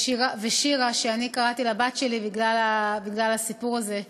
ו"שירה"; אני קראתי לבתי שירה בגלל הסיפור הזה,